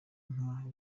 nka